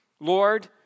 Lord